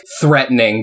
threatening